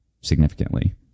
significantly